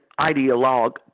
ideologue